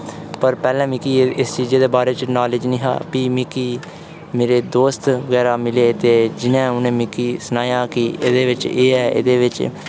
पर पैह्ले मिगी एह् इस चीज़ै दे बारे च नालेज निहा फ्ही मिगी मेरे दोस्त बगैरा मिले ते जिनें उ'नें मिकी सनाया कि एह्दे बिच्च एह् ऐ एह्दे बिच्च